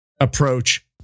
approach